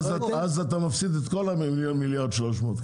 ואז אתה מפסיד את כל ה-1.3 מיליון.